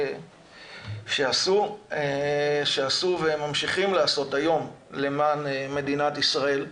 שעשו וממשיכים לעשות היום למען מדינת ישראל.